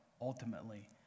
ultimately